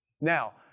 Now